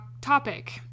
topic